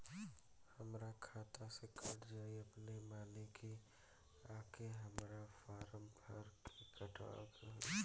हमरा खाता से कट जायी अपने माने की आके हमरा फारम भर के कटवाए के होई?